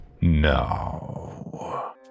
No